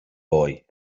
boy